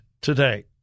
today